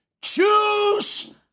choose